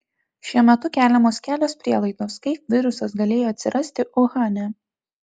šiuo metu keliamos kelios prielaidos kaip virusas galėjo atsirasti uhane